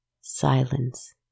silence